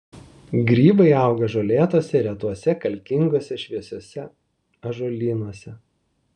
grybai auga žolėtuose retuose kalkinguose šviesiuose ąžuolynuose